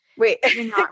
Wait